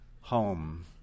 Home